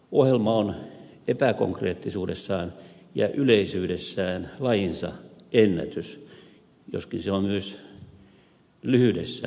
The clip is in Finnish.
ohjelma on epäkonkreettisuudessaan ja yleisyydessään lajinsa ennätys joskin se on myös lyhyydessään kuten täällä ed